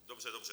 Dobře, dobře.